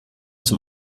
zum